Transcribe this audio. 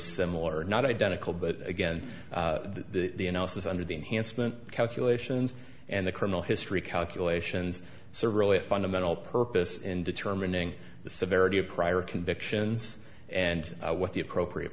similar not identical but again the us under the enhanced mn calculations and the criminal history calculations so really a fundamental purpose in determining the severity of prior convictions and what the appropriate